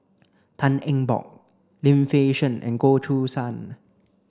Tan Eng Bock Lim Fei Shen and Goh Choo San